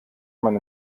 man